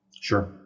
Sure